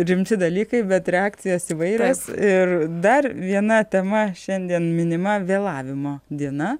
rimti dalykai bet reakcijos įvairios ir dar viena tema šiandien minima vėlavimo diena